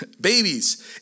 babies